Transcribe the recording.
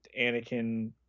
Anakin